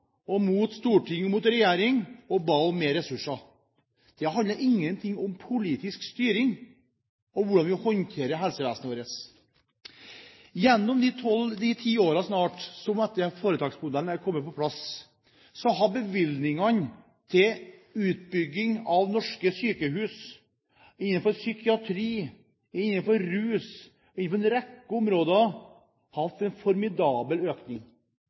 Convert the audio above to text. sørover mot Oslo, mot storting og regjering og ba om mer ressurser. Det handlet ingen ting om politisk styring og hvordan vi håndterer helsevesenet vårt. Gjennom de snart ti årene etter at foretaksmodellen kom på plass, har bevilgningene til utbygging av norske sykehus, til psykiatri, til rusfeltet og en rekke områder hatt en formidabel økning.